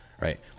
right